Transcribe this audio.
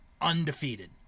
undefeated